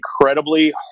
incredibly